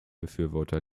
befürworter